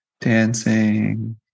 dancing